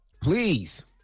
Please